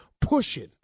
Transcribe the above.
pushing